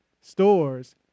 stores